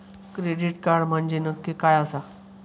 Credit card म्हंजे नक्की काय आसा?